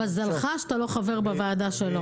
מזלך שאתה לא חבר בוועדה שלו.